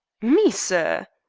me, sir?